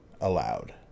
allowed